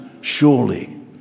surely